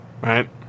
Right